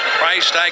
Christ